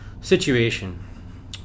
situation